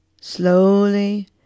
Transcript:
slowly